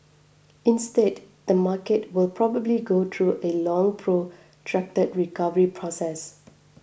instead the market will probably go through a long protracted recovery process